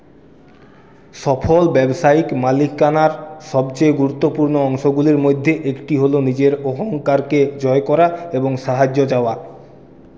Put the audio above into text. সফল ব্যবসায়িক মালিকানার সবচেয়ে গুরুত্বপূর্ণ অংশগুলির মধ্যে একটি হল নিজের অহংকারকে জয় করা এবং সাহায্য চাওয়া